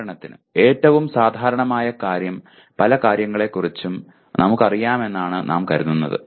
ഉദാഹരണത്തിന് ഏറ്റവും സാധാരണമായ കാര്യം പല കാര്യങ്ങളെക്കുറിച്ചും നമുക്കറിയാമെന്ന് നാം കരുതുന്നു